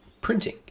printing